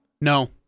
No